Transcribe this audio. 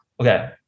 okay